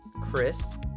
Chris